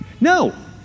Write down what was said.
No